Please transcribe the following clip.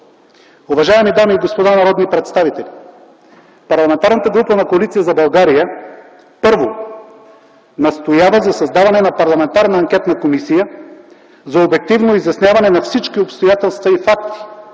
Уважаеми дами и господа народни представители, Парламентарната група на Коалиция за България, първо, настоява за създаване на парламентарна анкетна комисия за обективно изясняване на всички обстоятелства и факти